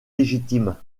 légitimes